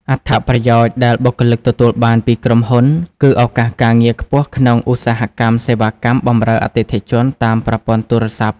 អត្ថប្រយោជន៍ដែលបុគ្គលិកទទួលបានពីក្រុមហ៊ុន គឺឱកាសការងារខ្ពស់ក្នុងឧស្សាហកម្មសេវាកម្មបម្រើអតិថិជនតាមប្រព័ន្ធទូរស័ព្ទ។